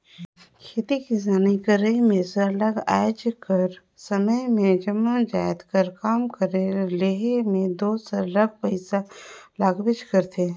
खेती किसानी करई में सरलग आएज कर समे में जम्मो जाएत कर काम कर लेहे में दो सरलग पइसा लागबेच करथे